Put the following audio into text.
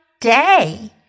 day